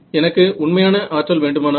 எனக்கு உண்மையான ஆற்றல் வேண்டுமானால்